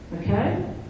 Okay